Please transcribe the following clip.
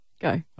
Go